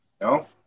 No